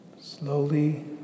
Slowly